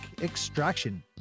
extraction